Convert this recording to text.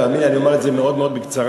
תאמין לי, אני אומר את זה מאוד מאוד בקצרה,